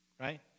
right